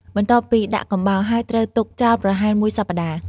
បន្ទាប់ពីដាក់កំបោរហើយ ត្រូវទុកចោលប្រហែលមួយសប្តាហ៍។